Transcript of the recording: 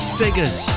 figures